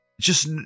Just-